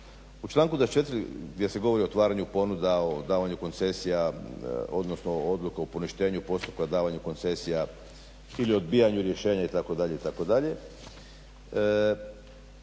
U članku 24. gdje se govori o otvaranju ponuda o davanju koncesija, odnosno odluka o poništenju postupka davanju koncesija ili odbijanju rješenja itd.,